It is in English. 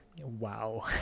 wow